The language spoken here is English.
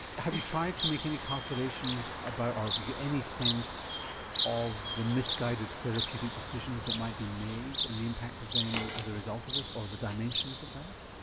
have you tried to make any calculations about, or have you got any sense of the misguided therapeutic decisions that might be made, and the impact of them as a result of this, or the dimensions of that?